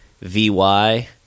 V-Y